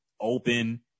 open